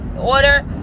Order